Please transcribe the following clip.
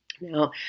Now